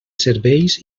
serveis